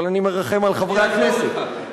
אבל אני מרחם על חברי הכנסת.